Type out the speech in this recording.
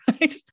right